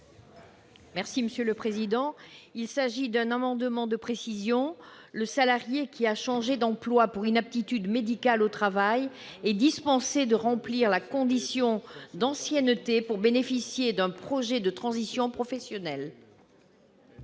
Mme Brigitte Micouleau. Il s'agit d'un amendement de précision. Le salarié qui a changé d'emploi pour inaptitude médicale au travail doit être dispensé de remplir la condition d'ancienneté pour bénéficier d'un projet de transition professionnelle.